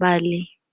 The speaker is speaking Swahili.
mbali.